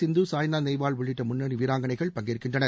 சிந்தூ சாய்னா நேவால் உள்ளிட்ட முன்னணி வீராங்கனைகள் பங்கேற்கின்றனர்